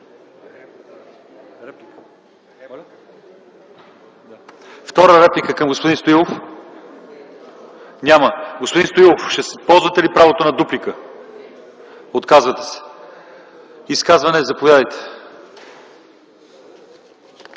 Втора реплика към господин Стоилов? Няма. Господин Стоилов, ще ползвате ли правото на дуплика? Отказвате се. За изказване? Заповядайте.